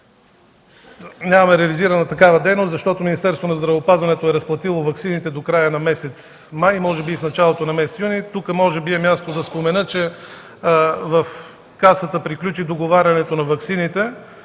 Нямаме реализирана такава дейност, защото Министерството на здравеопазването е разплатило ваксините до края на месец май и може би и в началото на месец юни. Тук може би е мястото да спомена, че в Касата приключи договарянето на ваксините.